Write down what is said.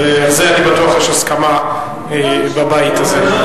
על זה, אני בטוח, יש הסכמה בבית הזה.